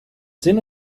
sinn